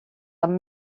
amb